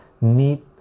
need